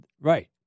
right